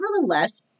nevertheless